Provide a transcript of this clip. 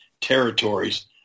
Territories